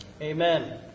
Amen